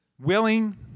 Willing